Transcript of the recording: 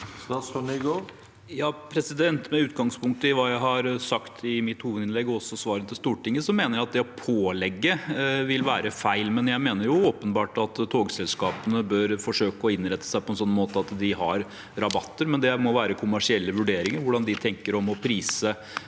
Med utgangs- punkt i hva jeg har sagt i mitt hovedinnlegg, og også svaret til Stortinget, mener jeg at det å pålegge vil være feil. Jeg mener åpenbart at togselskapene bør forsøke å innrette seg slik at de har rabatter, men det må være kommersielle vurderinger hvordan de tenker om å prise